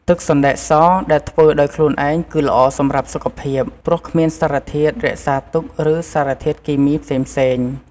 ទឹកសណ្ដែកសដែលធ្វើដោយខ្លួនឯងគឺល្អសម្រាប់សុខភាព ព្រោះគ្មានសារធាតុរក្សាទុក ឬសារធាតុគីមីផ្សេងៗ។